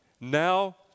Now